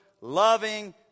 loving